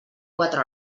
quatre